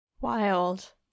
Wild